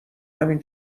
همین